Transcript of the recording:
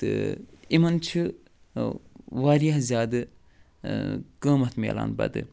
تہٕ یِمن چھِ وارِیاہ زیادٕ قۭمتھ مِلان پتہٕ